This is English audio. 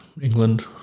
England